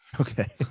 Okay